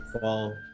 fall